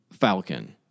Falcon